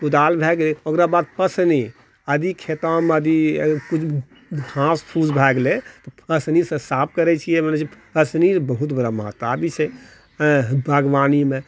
कुदाल भऽ गेलै ओकरा बाद पसनी यदि खेतऽमे यदि घास फूस भऽ गेलै तऽ पसनीसँ साफ करै छिए पसनीरऽ बहुत बड़ा महत्व आबै छै बागवानीमे